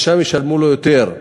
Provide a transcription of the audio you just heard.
כי שם ישלמו לו יותר.